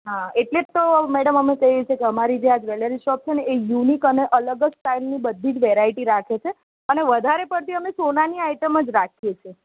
હા એટલે જ તો મેડમ અમે કહીએ છીએ કે અમારી જે આ જવૅલેરી શૉપ છે ને એ યુનિક અને અલગ જ સ્ટાઇલની બધી જ વેરાઇટી રાખે છે અને વધારે પડતી અમે સોનાની આઇટમ જ રાખીએ છીએ